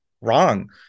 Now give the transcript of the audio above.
wrong